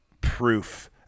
proof